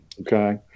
Okay